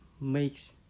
makes